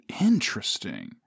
Interesting